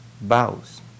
bows